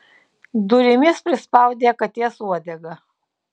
durimis prispaudė katės uodegą